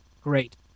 Great